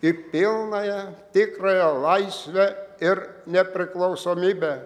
į pilnąją tikrąją laisvę ir nepriklausomybę